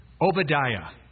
Obadiah